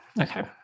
Okay